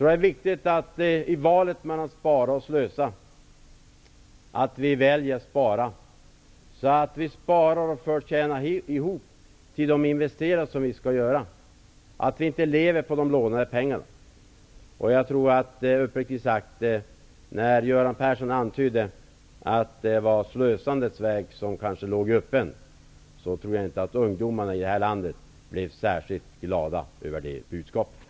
Det är viktigt att vi i valet mellan Spara och Slösa väljer Spara, så att vi först tjänar ihop till de investeringar som vi skall göra och inte lever på lånade pengar. Jag tror inte att ungdomarna här i landet blev särskilt glada över budskapet, när Göran Persson antydde att det är slösandets väg som ligger öppen.